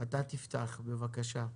אתה תפתח, בבקשה.